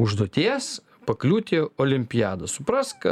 užduoties pakliūti olimpiadą suprask